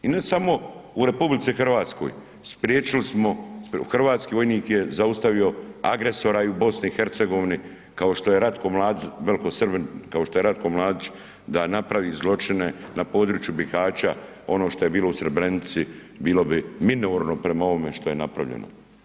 I ne samo u RH, spriječili smo, hrvatski vojnik je zaustavio agresora i u BiH kao što je Ratko Mladić, velikosrbin, kao što je Ratko Mladić da napravi zločine na području Bihaća, ono što je bilo u Srebrenici bilo bi minorno prema ovome što je napravljeno.